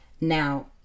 Now